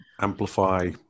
amplify